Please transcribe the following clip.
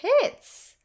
hits